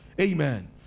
Amen